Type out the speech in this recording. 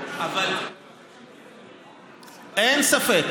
--- אבל אין ספק